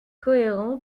cohérent